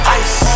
ice